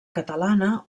catalana